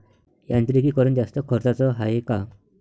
यांत्रिकीकरण जास्त खर्चाचं हाये का?